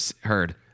heard